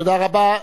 תודה רבה.